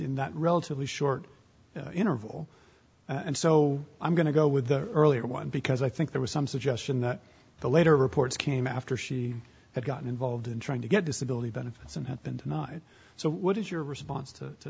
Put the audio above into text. in that relatively short interval and so i'm going to go with the earlier one because i think there was some suggestion that the later reports came after she had gotten involved in trying to get disability benefits and happened so what is your response to